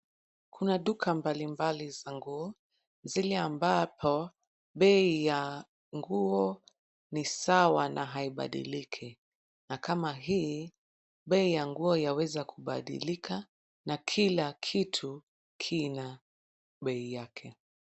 Kuna duka mbalimbali za nguo zile ambapo bei ya nguo ni sawa na haibadiliki, na kama hii bei ya nguo yaweza kubadilika na kila kitu kina bei yake.